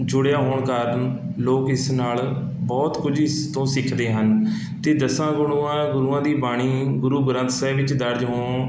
ਜੁੜਿਆ ਹੋਣ ਕਾਰਨ ਲੋਕ ਇਸ ਨਾਲ਼ ਬਹੁਤ ਕੁਝ ਇਸ ਤੋਂ ਸਿੱਖਦੇ ਹਨ ਅਤੇ ਦਸਾਂ ਗੁਣੂਆ ਗੁਰੂਆਂ ਦੀ ਬਾਣੀ ਗੁਰੂ ਗ੍ਰੰਥ ਸਾਹਿਬ ਵਿੱਚ ਦਰਜ ਹੋਣ